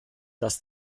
dass